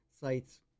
sites